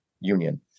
union